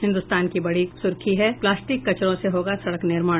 हिन्दुस्तान की बड़ी सुर्खी है प्लास्टिक कचरों से होगा सड़क निर्माण